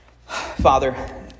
Father